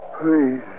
Please